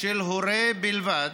של הורה בלבד,